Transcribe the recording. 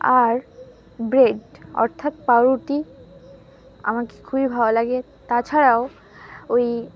আর bread অর্থাৎ পাউরুটি আমাকে খুবই ভালো লাগে তাছাড়াও ওই